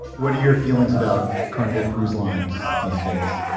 what are your feelings about carnival cruise lines these days?